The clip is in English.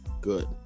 good